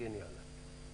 תגני עליי.